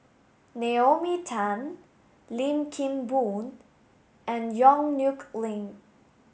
Naomi Tan Lim Kim Boon and Yong Nyuk Lin